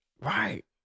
Right